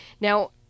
Now